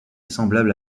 semblable